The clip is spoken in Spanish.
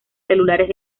celulares